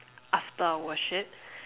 after worship